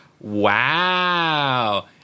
wow